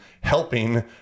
helping